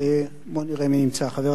חבר הכנסת פלסנר לא נמצא,